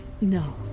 no